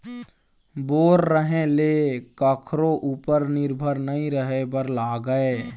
bore रहें ले कखरो उपर निरभर नइ रहे बर लागय